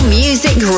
music